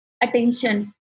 attention